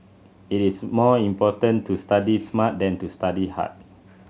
it is more important to study smart than to study hard